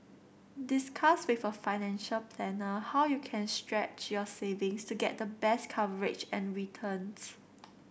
discuss with a financial planner how you can stretch your savings to get the best coverage and returns